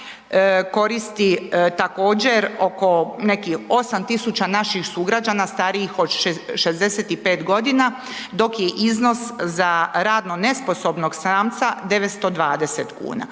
koristi također oko nekih 8000 naših sugrađana starijih od 65.g., dok je iznos za radno nesposobnog samca 920,00 kn.